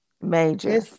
major